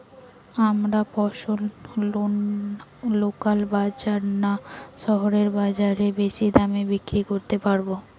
আমরা ফসল লোকাল বাজার না শহরের বাজারে বেশি দামে বিক্রি করতে পারবো?